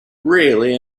really